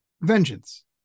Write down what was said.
vengeance